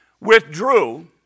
withdrew